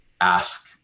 ask